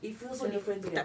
it feels so different to them